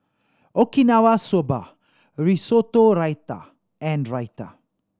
Okinawa Soba Risotto Raita and Raita